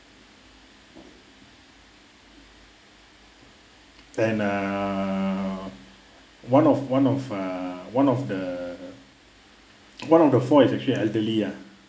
then uh one of one of uh one of the one of the four is actually elderly ah